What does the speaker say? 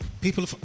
people